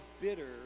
bitter